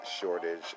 shortage